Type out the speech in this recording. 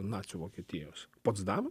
nacių vokietijos potsdamo